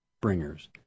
bringers